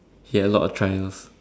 get a lot of tries of